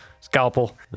Scalpel